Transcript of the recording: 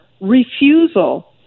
refusal